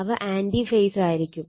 അവ ആൻറി ഫേസായിരിക്കും